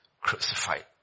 crucified